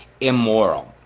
immoral